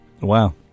Wow